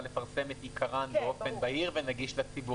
לפרסם את עיקרן באופן בהיר ונגיש לציבור.